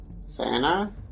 Santa